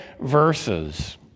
verses